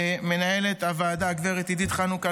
למנהלת הוועדה הגב' עדית חנוכה,